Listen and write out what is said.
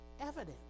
evidence